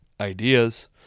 ideas